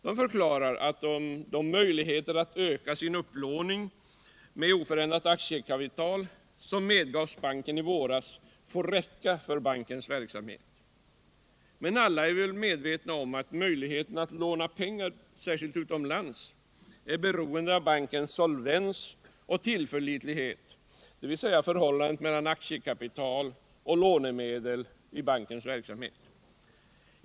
Den för klarar att den möjlighet att utöka sin upplåning med oförändrat aktiekapital som medgavs banken i våras får räcka för bankens verksamhet. Men alla är vi väl medvetna om att möjligheten att låna pengar, särskilt utomlands, är beroende av bankens solvens och tillförlitlighet, dvs. förhållandet mellan aktiekapital och lånemedel i bankens verksamhet.